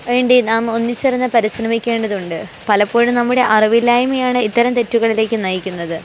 വേണ്ടി നാം ഒന്നിച്ചിരുന്നു പരിശ്രമിക്കേണ്ടതുണ്ട് പലപ്പോഴും നമ്മുടെ അറിവില്ലായ്മയാണ് ഇത്തരം തെറ്റുകളിലേക്ക് നയിക്കുന്നത്